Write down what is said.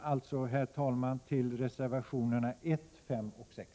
Jag yrkar alltså bifall till reservationerna 1, 5 och 6.